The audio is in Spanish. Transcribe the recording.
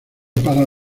para